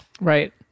right